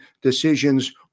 decisions